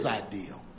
ideal